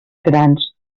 grans